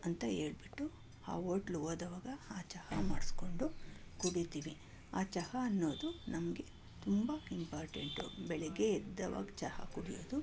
ಅಂತ ಹೇಳ್ಬಿಟ್ಟು ಆ ಓಟ್ಲುಗೋದಾಗ ಆ ಚಹಾ ಮಾಡಿಸ್ಕೊಂಡು ಕುಡಿತೀವಿ ಆ ಚಹಾ ಅನ್ನೋದು ನನಗೆ ತುಂಬ ಇಂಪಾರ್ಟೆಂಟು ಬೆಳಗ್ಗೆ ಎದ್ದಗ ಚಹಾ ಕುಡಿಯೋದು